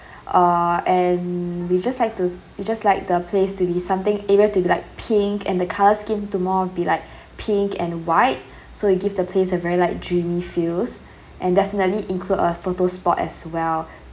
uh and we just like to we just like the place to be something area to be like pink and the colour scheme to more be like pink and white so you give the place a very like dreamy feels and definitely include a photo spot as well